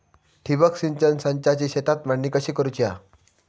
ठिबक सिंचन संचाची शेतात मांडणी कशी करुची हा?